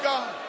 God